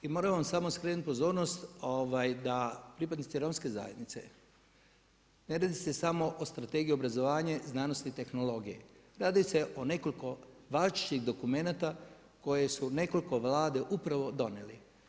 I moram vam samo skrenuti pozornost da pripadnici romske zajednice, ne radi se samo o Strategiji obrazovanja, znanosti i tehnologije, radi se o nekoliko različitih dokumenata koje su nekoliko vlade upravo donijeli.